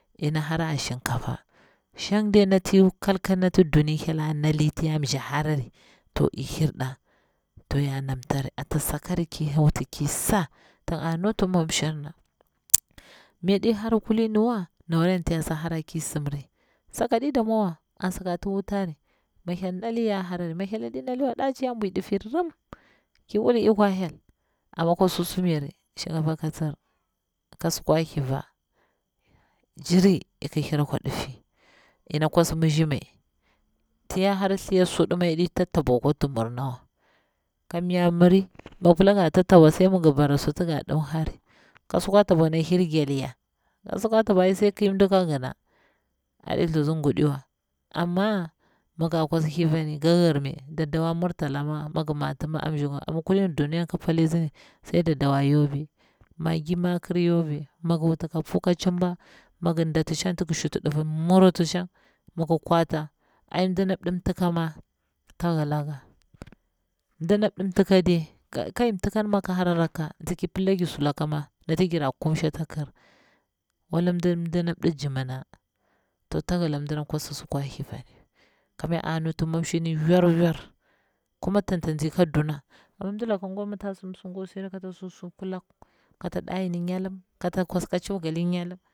Ina hara a shinkafa shang dai nati iyi wuti kal kal nati duni, nati hyel a nali nati yamshi harari, to i hirɗa, to ya namtari ata sakari ki wuti kisa tig a nuti mamshir na, mi yaɗi hara kulin wa nawari anti ya harari ki simri, sakaɗi damwo wa an saka tiwutari. mi hyel nali ya harari, mi hyel ɗi nali wa daci ya bwi diffi rim, ki wul ikor hyel, amma akwa susum yare shinkafa ka tsir, ka sukwa thliva jiri ik hir kwa difi, ina kwaa mishi mai, tin ya hara thliya suɗa mi yaɗi ta tabwa akwa tuwumir nawa, kamnya miri mi gi pila ga ta tabwa sai migbara suti ga dimhari, ka sukwa tabwa na hir gal ya, sukwa tabwa ai sai kir mdi ka gina, aɗi thutsir nguɗi wa, amma mi ga kwas thlivani ga hir mai daddawa mmurtala ma mig mati ma a mshinga amma kulin duniya ki pi palisini. Sai daddawa yobe, maggi makir yobe, mig wuti ka puka cimba mi gin data shang anti ngi shuti ɗiva muriti nshang, migi kwata aim mdina mdi mtika ma ta hilaga mdinap ɗimtikade kai mtikan ma ki hara rakka, nzi ki pillagir sulakama nati gira kumshi takir wala mdi mdinap ɗi jimina ndi jimira to ta yila mdina kwassukwa thliva kamya anuti manshirni yar yar kuma tantanzi ka duna ama mdilakan ngwa mita sim sungwa sai de kata sim su kulak kata dayini nyalum kata kwas ka cogali nyalum